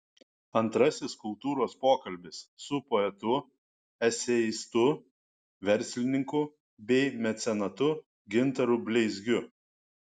antrasis kultūros pokalbis su poetu eseistu verslininku bei mecenatu gintaru bleizgiu